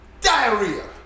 diarrhea